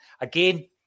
Again